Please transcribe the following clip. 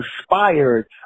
inspired